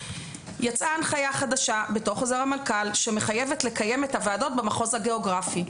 יצאה הנחיה חדשה בחוזר מנכ"ל שמחייבת לקיים את הוועדות במחוז הגיאוגרפי,